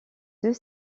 deux